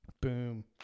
Boom